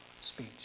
speech